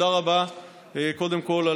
קודם כול,